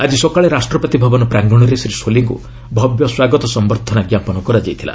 ଆଜି ସକାଳେ ରାଷ୍ଟ୍ରପତି ଭବନ ପ୍ରାଙ୍ଗଣରେ ଶ୍ରୀ ସୋଲିଙ୍କୁ ଭବ୍ୟ ସ୍ୱାଗତ ସମ୍ଭର୍ଦ୍ଧନା ଜ୍ଞାପନ କରାଯାଇଥିଲା